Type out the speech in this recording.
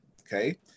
Okay